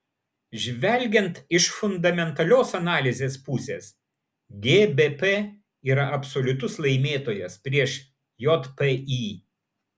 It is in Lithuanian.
žvelgiant iš fundamentalios analizės pusės gbp yra absoliutus laimėtojas prieš jpy